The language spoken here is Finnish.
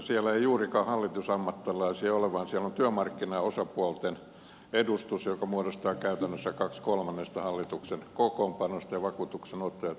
siellä ei juurikaan hallitusammattilaisia ole vaan siellä on työmarkkinaosapuolten edustus joka muodostaa käytännössä kaksi kolmannesta hallituksen kokoonpanosta vakuutuksenottajat yhden kolmanneksen